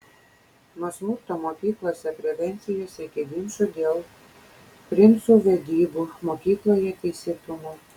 nuo smurto mokyklose prevencijos iki ginčų dėl princų vedybų mokykloje teisėtumo